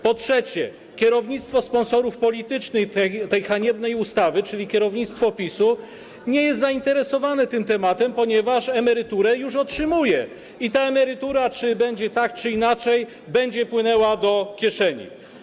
Po trzecie, kierownictwo sponsorów politycznych tej haniebnej ustawy, czyli kierownictwo PiS-u, nie jest zainteresowane tym tematem, ponieważ emeryturę już otrzymuje i ta emerytura, tak czy inaczej, będzie płynęła do kieszeni.